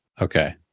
Okay